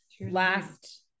last